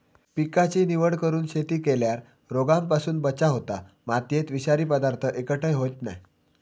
पिकाची निवड करून शेती केल्यार रोगांपासून बचाव होता, मातयेत विषारी पदार्थ एकटय होयत नाय